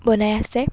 বনাই আছে